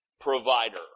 provider